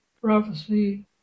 prophecy